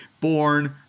Born